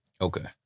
Okay